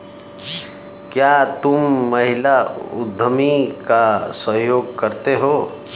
क्या तुम महिला उद्यमी का सहयोग करते हो?